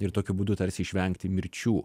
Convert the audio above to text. ir tokiu būdu tarsi išvengti mirčių